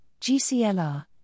GCLR